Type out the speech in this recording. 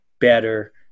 better